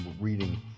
reading